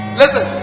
listen